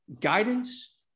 guidance